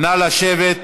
נא לשבת.